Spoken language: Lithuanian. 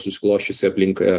susiklosčiusi aplink